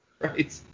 Right